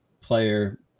player